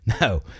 No